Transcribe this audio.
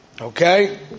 Okay